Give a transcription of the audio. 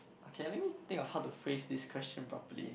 okay let me think of how to phrase this question properly